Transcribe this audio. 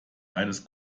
eines